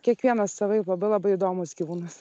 kiekvienas savaip labai labai įdomus gyvūnas